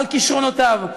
על כישרונותיו,